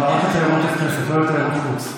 אבל רק לתיירות הנכנסת, לא לתיירות חוץ.